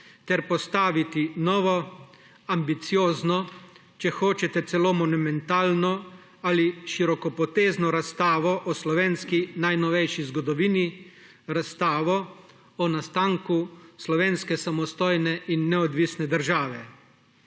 ter postaviti novo, ambiciozno, če hočete celo monumentalno ali širokopotezno razstavo o slovenski najnovejši zgodovini, razstavo o nastanku slovenske samostojne in neodvisne države.